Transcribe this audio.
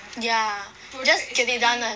yeah just can be done [one]